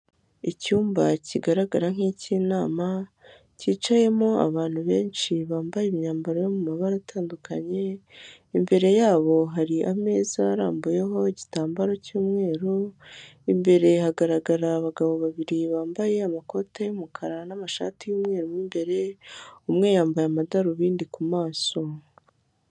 Icyumba kigaragara nk’icy'inama, cyicayemo abantu benshi bambaye imyambaro yo mu mabara atandukanye, imbere yabo har’ameza arambuyeho igitambaro cy'umweru. Imbere hagaragara abagabo babiri bambaye amakoti y'umukara n'amashati y'umweru, imbere umwe yambaye amadarubindi ku maso.